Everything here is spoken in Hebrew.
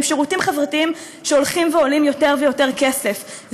עם שירותים חברתיים שהולכים ועולים יותר ויותר כסף,